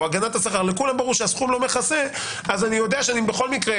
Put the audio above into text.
הגנת השכר לכולם ברור שהסכום לא מכסה אז אני יודע שבכל מקרה